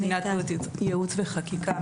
קצינת ייעוץ וחקיקה,